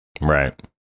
Right